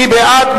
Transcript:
מי בעד?